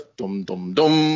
dum-dum-dum